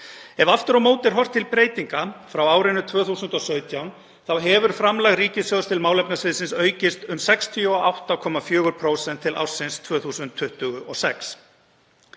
Ef aftur á móti er horft til breytinga frá árinu 2017 þá hefur framlag ríkissjóðs til málefnasviðsins aukist um 68,4% til ársins 2026.